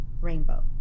Rainbow